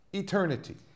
eternity